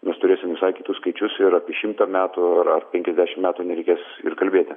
mes turėsim visai kitus skaičius ir apie šimtą metų ar ar penkiasdešim metų nereikės ir kalbėti